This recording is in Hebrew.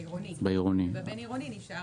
ובבין-עירוני נשאר.